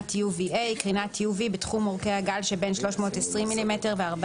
UVA" קרינת UV בתחום אורכי הגל שבין mm320 ו-mm400;